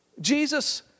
Jesus